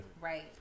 Right